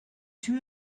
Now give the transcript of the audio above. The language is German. tür